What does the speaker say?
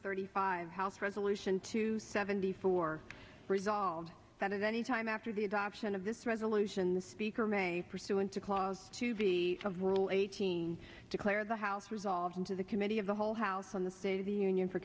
thirty five house resolution two seventy four resolved that in any time after the adoption of this resolution the speaker may pursuant to clause to be of rule eighteen declared the house resolving to the committee of the whole house on the state of the union for